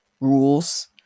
rules